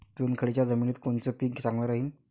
चुनखडीच्या जमिनीत कोनचं पीक चांगलं राहीन?